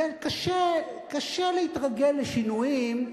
קשה להתרגל לשינויים,